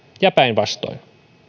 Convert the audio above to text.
ja päinvastoin